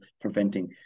preventing